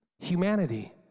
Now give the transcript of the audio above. Humanity